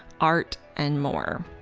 art, and more.